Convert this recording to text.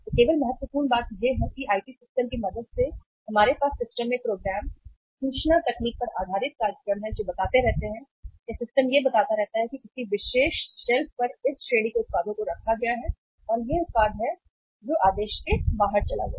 तो केवल महत्वपूर्ण बात यह है कि आईटी सिस्टम की मदद से हमारे पास सिस्टम में प्रोग्राम सूचना तकनीक पर आधारित कार्यक्रम हैं जो बताते रहते हैं सिस्टम यह बताता रहता है कि किसी विशेष शेल्फ पर इस श्रेणी के उत्पादों को रखा गया है और यह उत्पाद है आदेश से बाहर चला गया